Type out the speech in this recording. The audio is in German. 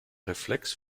reflex